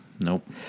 Nope